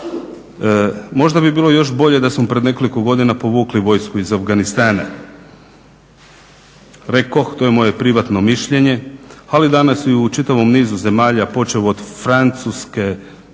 Možda bi bilo još bolje da smo pred nekoliko godina povukli vojsku iz Afganistana. Rekoh, to je moje privatno mišljenje, ali danas i u čitavom nizu zemalja počev od Francuske,